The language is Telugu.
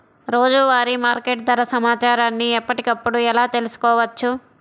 రోజువారీ మార్కెట్ ధర సమాచారాన్ని ఎప్పటికప్పుడు ఎలా తెలుసుకోవచ్చు?